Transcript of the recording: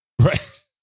right